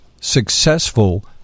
successful